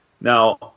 Now